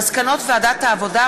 מסקנות ועדת העבודה,